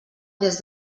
des